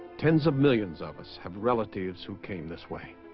tens of millions of us have relatives who came this way